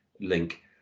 link